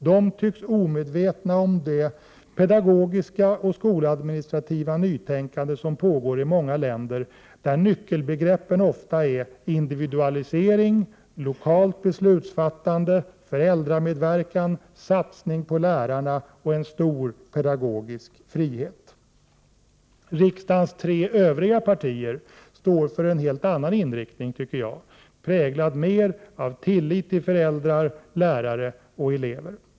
De tycks omedvetna om det pedagogiska och skoladministrativa nytänkande som pågår i många länder, där nyckelbegreppen ofta är individualisering, lokalt beslutsfattande, föräldramedverkan, satsning på lärarna och en stor pedagogisk frihet. Riksdagens tre övriga partier står för en helt annan inriktning, präglad mer av tillit till föräldrar, lärare och elever.